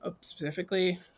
specifically